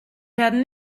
werden